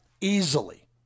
easily